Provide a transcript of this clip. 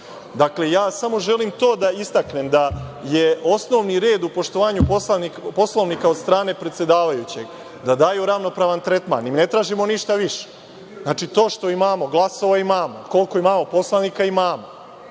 opozicije. Samo želim to da istaknem, da je osnovni red u poštovanju Poslovnika od strane predsedavajućeg da daju ravnopravan tretman. Ne tražimo ništa više. To što imamo glasova, imamo. Koliko imamo poslanika, imamo.